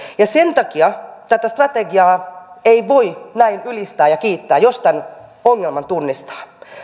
ja sen takia tätä strategiaa ei voi näin ylistää ja kiittää jos tämän ongelman tunnistaa